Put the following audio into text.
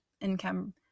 income